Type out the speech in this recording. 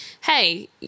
hey